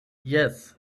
jes